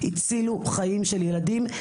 הצילו חיים של ילדים,